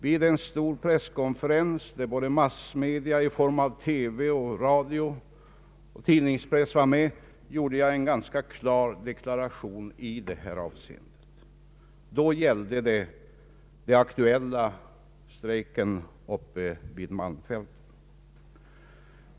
Vid en stor presskonferens i december månad, som bevakades av både TV, radio och tidningspress, gjorde jag en ganska klar deklaration i denna fråga. Då gällde det den aktuella strejken uppe vid malmfälten.